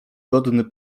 godny